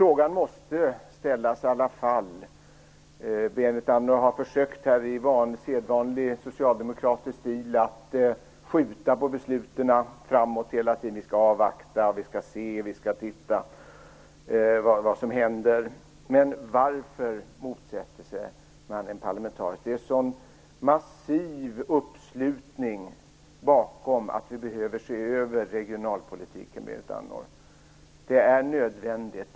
Berit Andnor har i sedvanlig socialdemokratisk stil försökt att skjuta på besluten hela tiden. Vi skall avvakta och se. Vi skall titta på vad som händer. En fråga som måste ställas är: Varför motsätter man sig en parlamentarisk utredning? Det är en massiv uppslutning bakom kravet på att vi behöver se över regionalpolitiken, Berit Andnor. Det är nödvändigt.